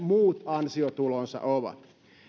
muut ansiotulonsa ovat